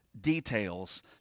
details